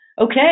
okay